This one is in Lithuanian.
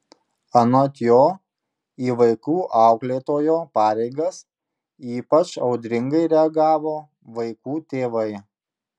anot jo į vaikų auklėtojo pareigas ypač audringai reagavo vaikų tėvai